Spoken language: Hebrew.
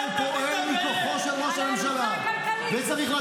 פועל מכוחו של ראש הממשלה -- על מה אתה מדבר?